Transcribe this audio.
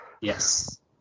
Yes